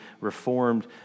reformed